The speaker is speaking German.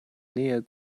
nähe